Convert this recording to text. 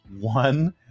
one